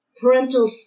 parental